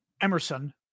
Emerson